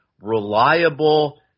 reliable